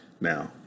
Now